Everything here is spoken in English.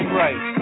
right